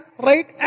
right